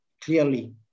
clearly